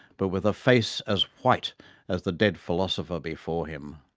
but with a face as white as the dead philosopher before him.